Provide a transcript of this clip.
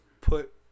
put